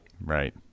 Right